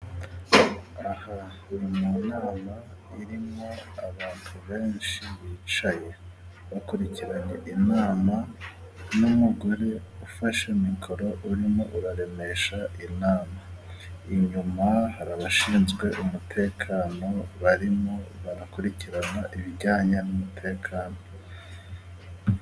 Aha ni mu nama irimo abantu benshi ,bicaye bakurikiranye inama n'umugore ufashe mikoro arimo araremesha inama. Inyuma hari abashinzwe umutekano barimo barakurikirana ibijyanye n'umutekano.